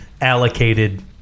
allocated